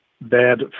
bad